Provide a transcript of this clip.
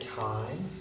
time